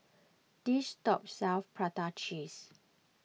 this shop sells Prata Cheese